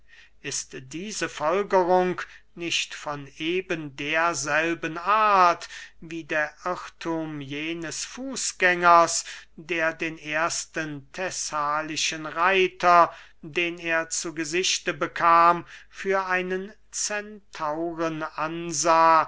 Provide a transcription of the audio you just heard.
ist diese folgerung nicht von eben derselben art wie der irrthum jenes fußgängers der den ersten thessalischen reiter den er zu gesicht bekam für einen centauren ansah